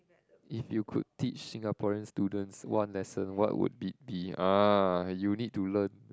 if you could teach Singaporean's students one lesson what would it be ah you need to learn